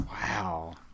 Wow